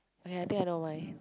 okay I think I know why